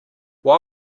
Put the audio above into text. why